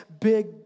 big